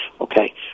Okay